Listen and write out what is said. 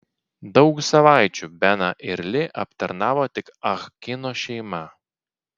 daug savaičių beną ir li aptarnavo tik ah kino šeima